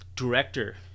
Director